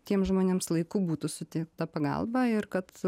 tiems žmonėms laiku būtų suteikta pagalba ir kad